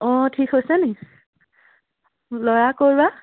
অঁ ঠিক হৈছে নি ল'ৰা ক'ৰবা